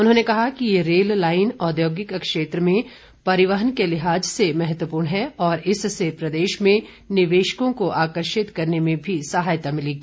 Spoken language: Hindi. उन्होंने कहा कि यह रेल लाइन औद्योगिक क्षेत्र में परिवहन के लिहाज से महत्वपूर्ण है और इससे प्रदेश में निवेशकों को आकर्षित करने में भी सहायता मिलेगी